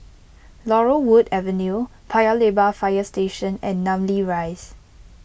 Laurel Wood Avenue Paya Lebar Fire Station and Namly Rise